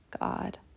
God